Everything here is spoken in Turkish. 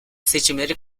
seçimleri